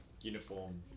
uniform